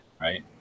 right